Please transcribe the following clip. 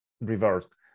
reversed